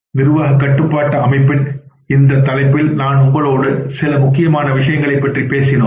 நிர்வாக கட்டுப்பாட்டு அமைப்பின் இந்த தலைப்பில் நான் உங்களோடு சில முக்கியமான விஷயங்களைப் பற்றி பேசினோம்